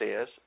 says